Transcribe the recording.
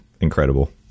incredible